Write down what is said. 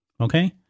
Okay